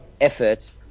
effort